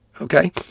Okay